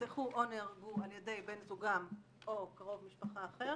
נרצחו או נהרגו על ידי בן זוגן או קרוב משפחה אחר